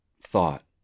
thought